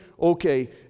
Okay